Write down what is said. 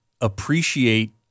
appreciate